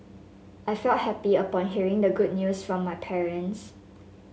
I felt happy upon hearing the good news from my parents